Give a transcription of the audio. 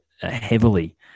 heavily